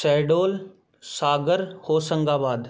Shahdol Sagar Hoshangabad